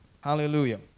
Hallelujah